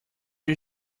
you